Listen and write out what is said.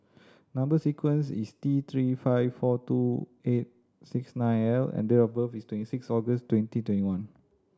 number sequence is T Three five four two eight six nine L and date of birth is twenty six August twenty twenty one